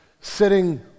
sitting